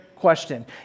question